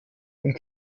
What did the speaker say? und